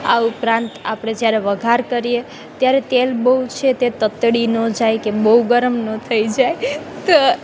આ ઉપરાંત આપણે જયારે વઘાર કરીએ ત્યારે તેલ બહુ છે તે તતડી ન જાય કે બહુ ગરમ ન થઈ જાય તો